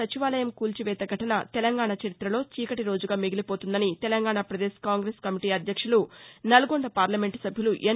సచివాలయం కూల్చివేత ఘటన తెలంగాణ చరిత్రలో చీకటి రోజుగా మిగిలిపోతుందని తెలంగాణ ప్రదేశ్ కాంగ్రెస్ కమిటీ అధ్యక్షులు నల్గొండ పార్లమెంటు సభ్యులు ఎన్